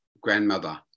grandmother